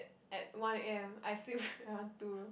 at one a_m I sleep around two